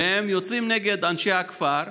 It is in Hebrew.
והם יוצאים נגד אנשי הכפר,